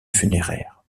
funéraire